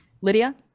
Lydia